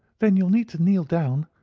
then you'll need to kneel down,